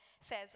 says